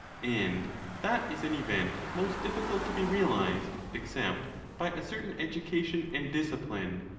and that is an event most difficult to be realized, except by a certain education and discipline,